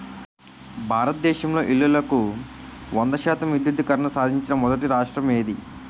భారతదేశంలో ఇల్లులకు వంద శాతం విద్యుద్దీకరణ సాధించిన మొదటి రాష్ట్రం ఏది?